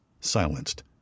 silenced